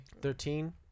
Thirteen